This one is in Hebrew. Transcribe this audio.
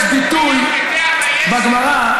יש ביטוי בגמרא,